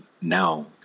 now